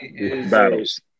Battles